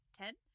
ten